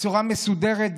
בצורה מסודרת,